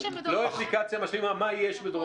לא אפליקציה משלימה, אבל מה יש בדרום קוריאה?